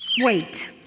Wait